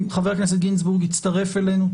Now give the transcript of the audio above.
חבר הכנסת גינזבורג הצטרף אלינו.